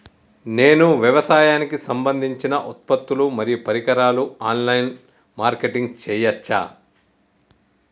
నేను వ్యవసాయానికి సంబంధించిన ఉత్పత్తులు మరియు పరికరాలు ఆన్ లైన్ మార్కెటింగ్ చేయచ్చా?